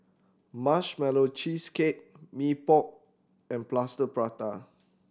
Marshmallow Cheesecake Mee Pok and Plaster Prata